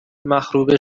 مخروبه